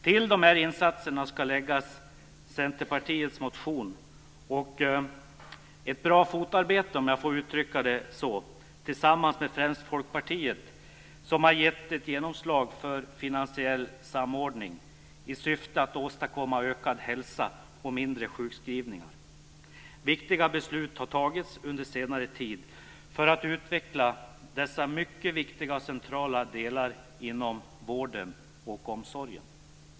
Till dessa insatser ska läggas att Centerpartiets motion och - låt mig uttrycka det så - ett bra fotarbete tillsammans med främst Folkpartiet, har gett ett genomslag för finansiell samordning i syfte att åstadkomma ökad hälsa och mindre sjukskrivningar. Viktiga beslut har tagits under senare tid för att utveckla dessa mycket viktiga och centrala delar inom vården och omsorgen.